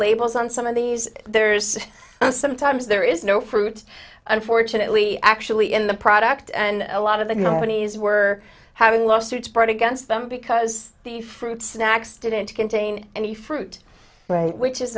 labels on some of these there's sometimes there is no fruit unfortunately actually in the product and a lot of the nominees were having lawsuits brought against them because the fruit snacks didn't contain any fruit right which is